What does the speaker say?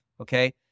okay